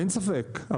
אין ספק,